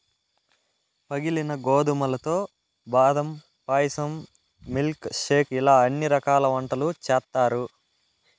పగిలిన గోధుమలతో బాదం పాయసం, మిల్క్ షేక్ ఇలా అన్ని రకాల వంటకాలు చేత్తారు